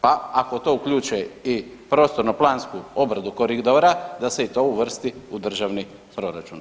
Pa ako to uključuje i prostorno-plansku obradu koridora, da se i to uvrsti u državni proračun.